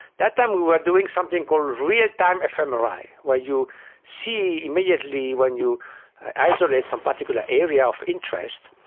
that time we were doing something called real-time fmri, where you see immediately when you isolate some particular area of interest,